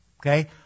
Okay